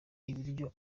ibiryo